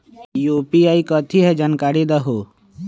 UPI कथी है? जानकारी दहु